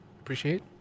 Appreciate